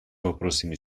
вопросами